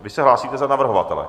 Vy se hlásíte za navrhovatele?